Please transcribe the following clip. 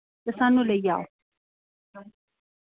ते सानू लेई जाओ